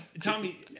Tommy